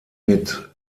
mit